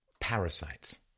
parasites